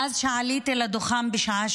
מאז שעליתי לדוכן בשעה